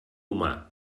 humà